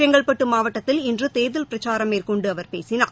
செங்கல்பட்டு மாவட்டத்தில் இன்று தேர்தல் பிரச்சாரம் மேற்கொண்டு அவர் பேசினார்